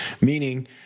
Meaning